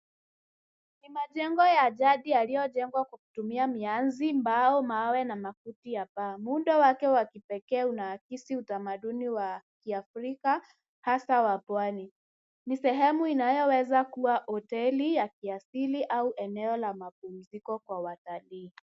Ni majengo ya jadi yaliyojengwa kwa kutumia mianzi, mbao, mawe na na makuti ya paa. Muundo wake wa kipekee una akisi utamaduni wa kiafrika hasa wa pwani. ni sehemu inayo weza kuwa hoteli ya kiasili au eneo la mapumziko kwa watalii.